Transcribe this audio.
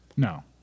No